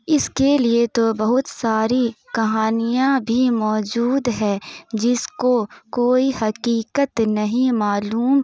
اس کے لیے تو بہت ساری کہانیاں بھی موجود ہے جس کو کوئی حقیقت نہیں معلوم